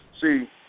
see